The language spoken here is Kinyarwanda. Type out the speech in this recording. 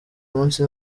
munsi